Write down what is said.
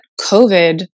COVID